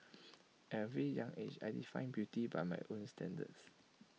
at A very young age I defined beauty by my own standards